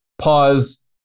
pause